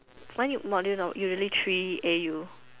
why need module now you already three a U